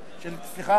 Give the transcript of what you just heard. של חברת הכנסת